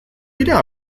dira